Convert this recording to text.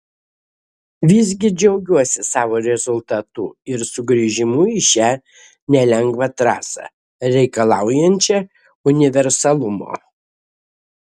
visgi džiaugiuosi savo rezultatu ir sugrįžimu į šią nelengvą trasą reikalaujančią universalumo